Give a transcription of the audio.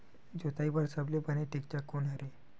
जोताई बर सबले बने टेक्टर कोन हरे?